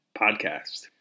podcast